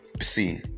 see